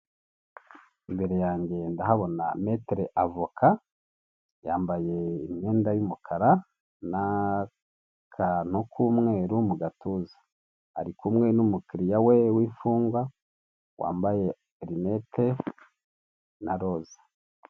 Imbere yanjye ndahabona metire avoka yambaye imyenda y’ mukara n’akantu k’umweru mu gatuza, ari kumwe n’umukiriya we w’imfungwa wambaye linete na roza.